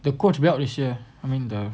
the coach belt is here I mean the